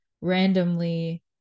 randomly